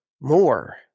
more